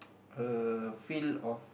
a feel of